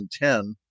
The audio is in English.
2010